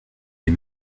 les